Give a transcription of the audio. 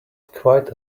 quite